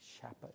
shepherd